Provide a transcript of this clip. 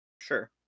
Sure